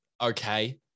Okay